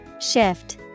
Shift